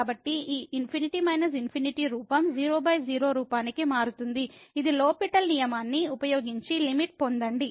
కాబట్టి ఈ ∞∞ రూపం 00 రూపానికి మారుతుంది ఇది లో పిటెల్ L'Hospital నియమాన్ని ఉపయోగించి లిమిట్ పొందండి